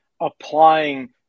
applying